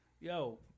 yo